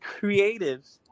creatives